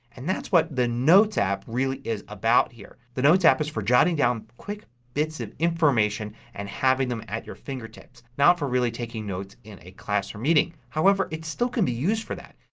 and that's what the notes app really is about here. the notes app is for jotting down quick bits of information and having them at your fingertips. not for really taking notes in a class or meeting. however, it still could be used for that.